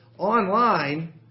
Online